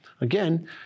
Again